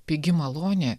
pigi malonė